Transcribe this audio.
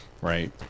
right